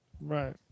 Right